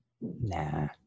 Nah